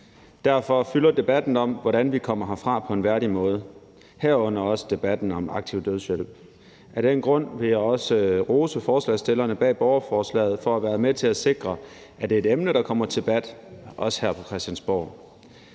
Derfor fylder debatten om, hvordan vi kommer herfra på en værdig måde, herunder også debatten om aktiv dødshjælp, meget. Af den grund vil jeg også rose forslagsstillerne bag borgerforslaget for at være med til at sikre, at det er et emne, der også kommer til debat her på Christiansborg.